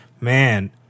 man